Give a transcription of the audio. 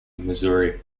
missouri